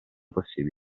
possibile